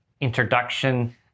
introduction